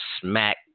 smack